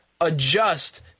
adjust